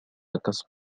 كسر